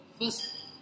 first